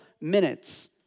minutes